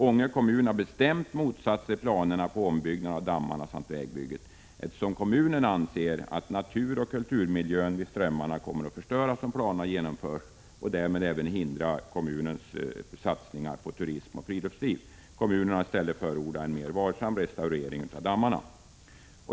Ånge kommun har bestämt motsatt sig planerna på ombyggnad av dammarna samt vägbygget, eftersom kommunen anser att naturoch kulturmiljön vid strömmarna kommer att förstöras och därmed hindra kommunens satsningar på turism och friluftsliv om planerna genomförs. Kommunen har i stället förordat en mer varsam restaurering av dammarna.